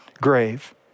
grave